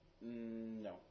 No